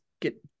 get